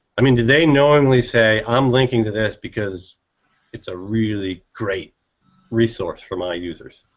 i mean did they knowingly say i'm linking to this because it's a really great resource for my users,